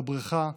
בבריכה,